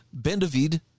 Bendavid